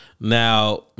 Now